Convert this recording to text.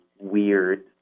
weird